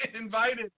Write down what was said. invited